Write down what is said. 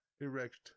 erect